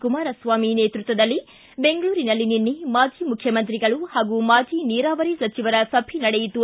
ಕುಮಾರಸ್ವಾಮಿ ನೇತೃತ್ವದಲ್ಲಿ ಬೆಂಗಳೂರಿನಲ್ಲಿ ನಿನ್ನೆ ಮಾಜಿ ಮುಖ್ಯಮಂತ್ರಿಗಳು ಹಾಗೂ ಮಾಜಿ ನೀರಾವರಿ ಸಚಿವರ ಸಭೆ ನಡೆಯಿತು